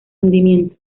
hundimiento